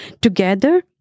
Together